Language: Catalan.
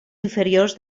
inferiors